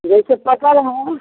जैसे पटल है